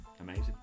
Amazing